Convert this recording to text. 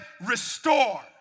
restore